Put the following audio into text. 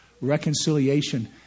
reconciliation